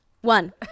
one